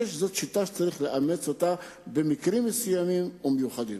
אני חושב שזאת שיטה שצריך לאמץ במקרים מסוימים ומיוחדים.